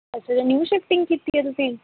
ਅੱਛਾ new shifting ਕੀਤੀ ਆ ਤੁਸੀਂ